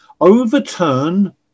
overturn